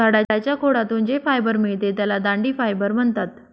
झाडाच्या खोडातून जे फायबर मिळते त्याला दांडी फायबर म्हणतात